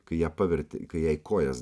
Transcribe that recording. kai ją pavertė kai jai kojas